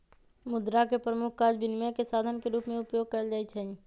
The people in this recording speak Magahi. मुद्रा के प्रमुख काज विनिमय के साधन के रूप में उपयोग कयल जाइ छै